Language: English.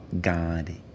God